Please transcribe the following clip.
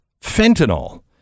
Fentanyl